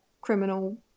criminal